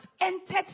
entered